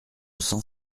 cent